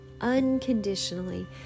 unconditionally